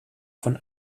von